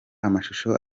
amashusho